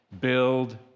build